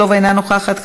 אינה נוכחת,